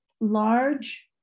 large